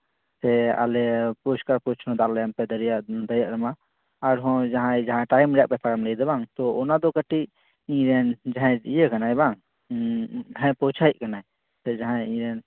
ᱥᱮ ᱟᱞᱮ ᱯᱚᱨᱤᱥᱠᱟᱨ ᱯᱚᱨᱤᱪᱪᱷᱚᱱᱱᱚ ᱫᱟᱜ ᱯᱮ ᱫᱟᱲᱮᱭᱟᱜ ᱢᱟ ᱟᱨᱦᱚᱸ ᱡᱟᱦᱟᱸᱭ ᱡᱟᱦᱟᱸ ᱴᱟᱭᱤᱢ ᱨᱮᱭᱟᱜ ᱵᱮᱯᱟᱨᱮᱢ ᱞᱟᱹᱭᱫᱟ ᱵᱟᱝ ᱛᱚ ᱚᱱᱟᱫᱚ ᱠᱟᱹᱴᱤᱡ ᱡᱟᱦᱟᱸᱭ ᱤᱭᱟᱹ ᱠᱟᱱᱟᱭ ᱵᱟᱝ ᱦᱮᱸ ᱯᱳᱶᱪᱷᱟᱣᱤᱡ ᱠᱟᱱᱟᱭᱥᱮ ᱡᱟᱦᱟᱸᱭ